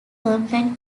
company